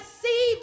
see